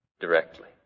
directly